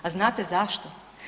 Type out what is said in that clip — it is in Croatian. A znate Zašto?